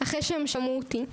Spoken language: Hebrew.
אחרי שהם שמעו אותי.